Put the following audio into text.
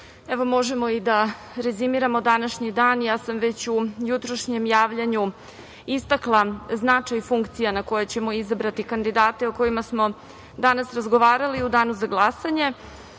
možemo i da rezimiramo današnji dan. Ja sam već u jutrošnjem javljanju istakla značaj funkcija na koje ćemo izabrati kandidate o kojima smo danas razgovarali u danu za glasanje. Moja